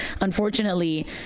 Unfortunately